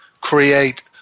create